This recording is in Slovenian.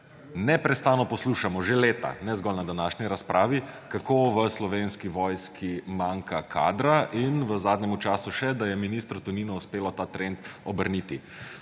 neprestano poslušamo že leta, ne zgolj na današnji razpravi, kako v Slovenski vojski manjka kadra, in v zadnjem času še, da je ministru Toninu uspelo ta trend obrniti.